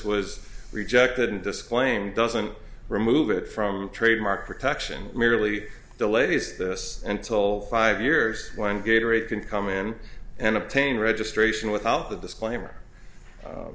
was rejected and disclaimed doesn't remove it from trademark protection merely delays this until five years when gator it can come in and obtain registration without the disclaimer